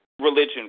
religion